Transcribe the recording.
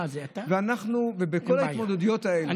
בכל ההתמודדויות האלה,